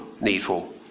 needful